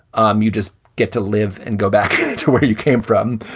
um you just get to live and go back to where you came from.